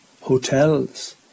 hotels